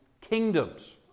kingdoms